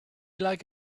like